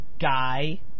Guy